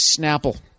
Snapple